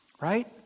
Right